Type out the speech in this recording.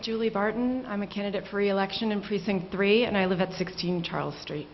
julie barton i'm a candidate for reelection in precinct three and i live at sixteen charles street